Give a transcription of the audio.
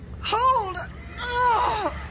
hold